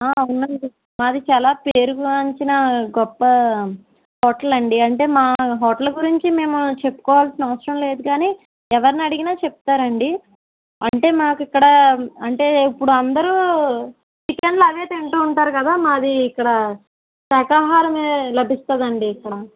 అవునండీ మాది చాలా పేరుగాంచిన గొప్ప హోటల్ అండీ అంటే మా హోటల్ గురించి మేము చెప్పుకోవాల్సిన అవసరం లేదు కానీ ఎవరినడిగినా చెప్తారండీ అంటే మాకిక్కడా అంటే ఇప్పుడు అందరూ చికెన్లు అవే తింటూ ఉంటారు కదా మాది ఇక్కడ శాఖాహారమే లభిస్తుందండి ఇక్కడ